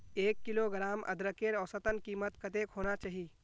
एक किलोग्राम अदरकेर औसतन कीमत कतेक होना चही?